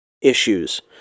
issues